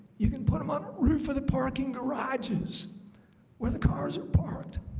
you can put them on a roof or the parking garages where the cars are parked?